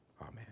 amen